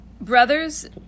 Brothers